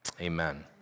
amen